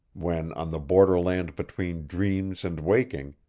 when, on the borderland between dreams and waking,